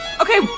Okay